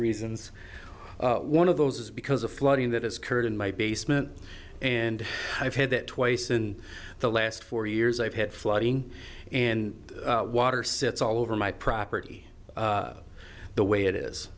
reasons one of those is because of flooding that has occurred in my basement and i've had that twice in the last four years i've had flooding and water sits all over my property the way it is